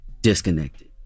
disconnected